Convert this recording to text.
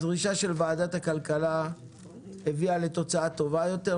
הדרישה של ועדת הכלכלה הביאה לתוצאה טובה יותר,